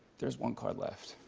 there's one card left.